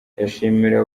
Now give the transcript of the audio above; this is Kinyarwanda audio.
yishimira